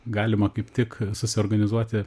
galima kaip tik susiorganizuoti